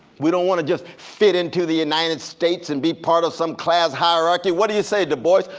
we don't want to just fit into the united states and be part of some class hierarchy. what do you say du bois?